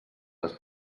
les